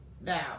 Now